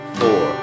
four